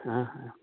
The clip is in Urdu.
ہاں ہاں